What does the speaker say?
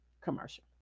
commercial